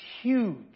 huge